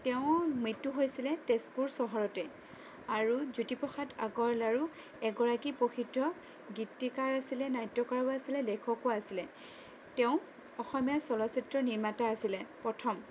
তেওঁৰ মৃত্যু হৈছিলে তেজপুৰ চহৰতে আৰু জ্যোতিপ্ৰসাদ আগৰৱালাও এগৰাকী প্ৰসিদ্ধ গীতিকাৰো আছিলে নাট্যকাৰো আছিলে লেখকো আছিলে তেওঁ অসমীয়া চলচ্চিত্ৰ নিৰ্মাতা আছিলে প্ৰথম